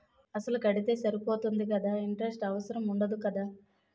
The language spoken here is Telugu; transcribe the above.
అసలు కడితే సరిపోతుంది కదా ఇంటరెస్ట్ అవసరం ఉండదు కదా?